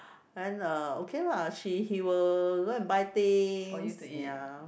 and uh okay lah she he will go and buy things ya